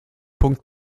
punkt